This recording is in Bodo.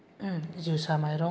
जोसा माइरं